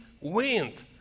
wind